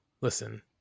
Listen